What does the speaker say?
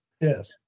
Yes